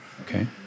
Okay